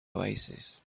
oasis